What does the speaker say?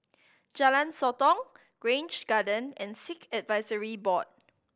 Jalan Sotong Grange Garden and Sikh Advisory Board